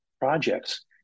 projects